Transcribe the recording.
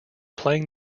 playing